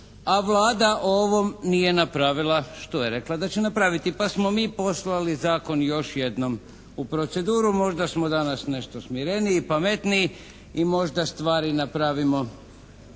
a Vlada o ovom nije napravila što je rekla da će napraviti pa smo mi poslali zakon još jednom u proceduru, možda smo danas nešto smireniji, pametniji i možda stvari napravimo